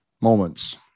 moments